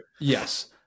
yes